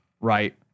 Right